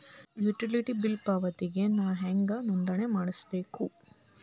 Utility bill ಪಾವತಿಗೆ ನಾ ಹೆಂಗ್ ನೋಂದಣಿ ಮಾಡ್ಸಬೇಕು?